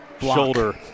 shoulder